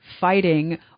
fighting